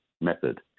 method